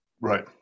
right